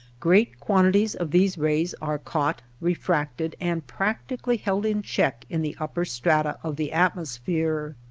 great quantities of these rays are caught, refracted, and practically held in check in the upper strata of the atmosphere.